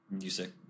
music